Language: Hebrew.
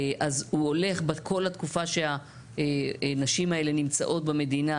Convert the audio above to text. אז הוא הולך בכל התקופה שהנשים האלה נמצאות במדינה,